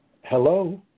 hello